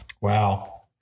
Wow